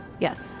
Yes